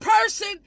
person